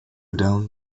down